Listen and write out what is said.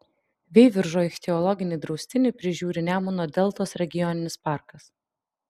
veiviržo ichtiologinį draustinį prižiūri nemuno deltos regioninis parkas